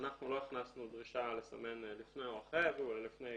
אנחנו לא הכנסנו דרישה לסמן לפני או אחרי הייבוא אלא לפני